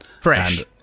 Fresh